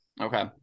Okay